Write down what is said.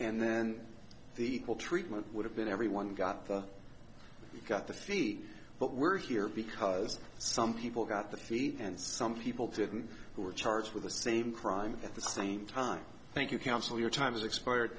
and then the whole treatment would have been everyone got got the fleet but we're here because some people got the feed and some people didn't who were charged with the same crime at the same time thank you council your time has expired